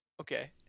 okay